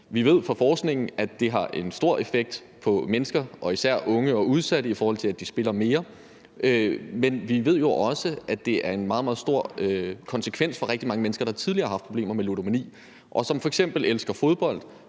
vi ved fra forskningen, at det har en stor effekt på mennesker og især unge og udsatte, i forhold til at de spiller mere, men vi ved jo også, at det er en meget, meget stor konsekvens for rigtig mange mennesker, der tidligere har haft problemer med ludomani, og som f.eks. elsker fodbold,